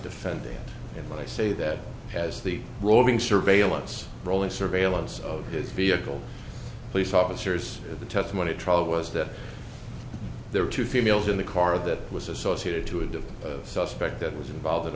defendant and what i say that has the roving surveillance rolling surveillance of his vehicle police officers the testimony at trial was that there were two females in the car that was associated to a different suspect that was involved in